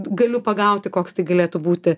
galiu pagauti koks tai galėtų būti